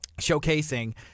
showcasing